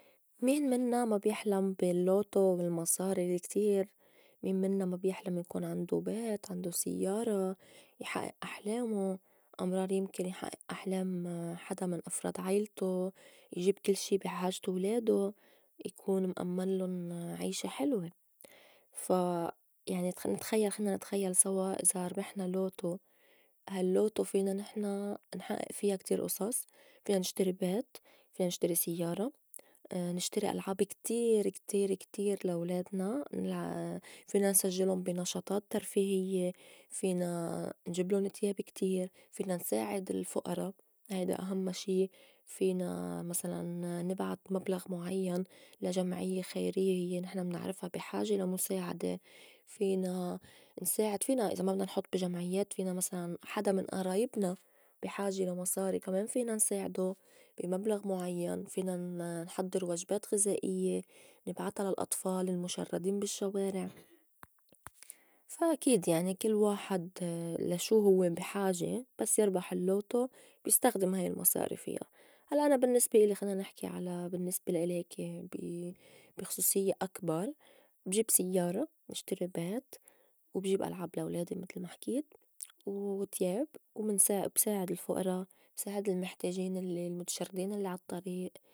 مين منّا ما بيحلم باللوتو والمصاري الكتير؟ مين منّا ما بيحلم يكون عندو بيت؟ عندو سيّارة؟ يحئّئ أحلامه؟ أمرار يمكن يحئّئ أحلام حدا من أفراد عيلتو يجيب كل شي بي حاجة ولادو يكون مأمّنلُن عيشة حلوة. فا يعني نت- نتخيّل خلّينا نتخيّل سوا إذا ربحنا لوتو هاللوتو فينا نحن نحئّئ فيا كتير أصص: فينا نشتري بيت، فينا نشتري سيّارة، نشتري ألعاب كتير كتير كتير لا ولادنا، نلعا فينا نسجّلُن بي نشاطات ترفيهيّة، فينا نجبلُن تياب كتير، فينا نساعد الفُئرا هيدا أهمّا شي، فينا مسلاً نبعت مبلغ مُعيّن لا جمعيّة خيريّة هيّ نحن منعرفا بي حاجة لا مُساعدة، فينا نساعد فينا إذا ما بدنا نحُط بي جمعيّات، فينا مسلاً حدا من ئرايبنا بي حاجة لا مصاري كمان فينا نساعدو بي مبلغ مُعيّن، فينا نحضّر وجبات غِزائيّة نبعتا للأطفال المُشرّدين بالشوارع. فا أكيد يعني كل واحد لا شو هوّ بي حاجة بس يربح اللوتو بيستخدم هاي المصاري فيا. هلّأ أنا بالنّسبة إلي خلّينا نحكي على بالنّسبة لإلي هيكي بي بخصوصيّة أكبر بجيب سيّارة، بشتري بيت، وبجيب ألعاب لا ولادي متل ما حكيت، وتياب و من بنساعد الفُئرا، بساعد المحتاجين الّي المتشردين الّي عاطّريئ.